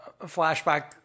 flashback